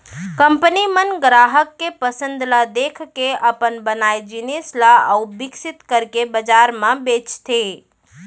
company मन गराहक के पसंद ल देखके अपन बनाए जिनिस ल अउ बिकसित करके बजार म बेचथे